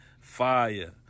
Fire